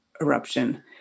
eruption